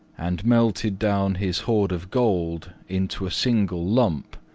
and melted down his hoard of gold into a single lump,